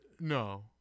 No